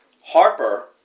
Harper